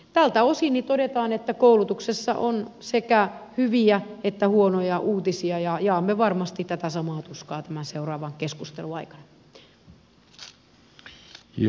tältä osin todetaan että koulutuksessa on sekä hyviä että huonoja uutisia ja jaamme varmasti tätä samaa tuskaa tämän seuraavan keskustelun aikana